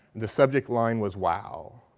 the subject line was, wow!